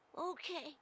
Okay